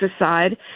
aside